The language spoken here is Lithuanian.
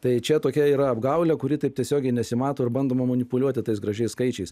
tai čia tokia yra apgaulė kuri taip tiesiogiai nesimato ir bandoma manipuliuoti tais gražiais skaičiais